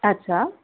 अच्छा